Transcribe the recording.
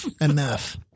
enough